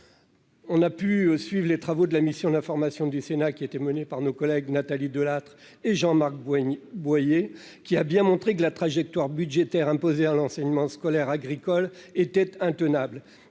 établissements. Les travaux de la mission d'information du Sénat menée par nos collègues Nathalie Delattre et Jean-Marc Boyer ont montré combien la trajectoire budgétaire imposée à l'enseignement scolaire agricole était intenable.